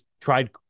tried